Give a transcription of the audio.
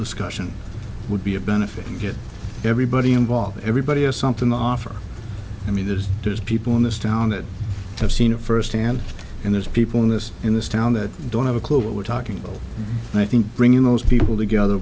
discussion would be a benefit and get everybody involved everybody or something the offer i mean this is people in this town that have seen it firsthand and there's people in this in this town that don't have a clue what we're talking about and i think bringing most people together